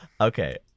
Okay